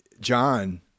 john